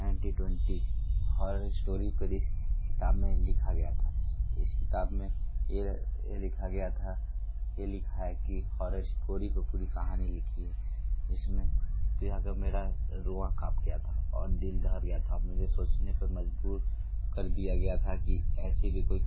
ninety twenty horror story पर इस किताब में लिखा गया था इस किताब में ये लिखा गया था ये लिखा है कि हॉरर स्कोरी को पूरी कहानी लिखी है जिसमें कि अगर मेरा रोआँ काप गया था और दिल दहर गया था मुझे सोचने पर मजबूर कर दिया गया था कि ऐसी भी कोई